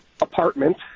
apartment